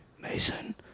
Mason